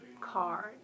card